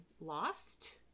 Lost